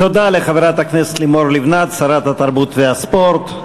תודה לחברת הכנסת לימור לבנת, שרת התרבות והספורט.